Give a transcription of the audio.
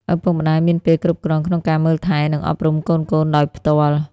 ឪពុកម្ដាយមានពេលគ្រប់គ្រាន់ក្នុងការមើលថែ និងអប់រំកូនៗដោយផ្ទាល់។